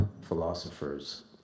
philosophers